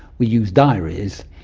we used diaries.